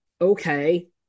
Okay